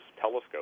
telescope